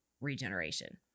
regeneration